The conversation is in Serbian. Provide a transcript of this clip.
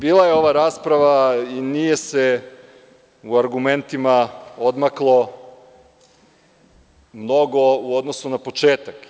Bila je ova rasprava i nije se u argumentima odmaklo mnogo u odnosu na početak.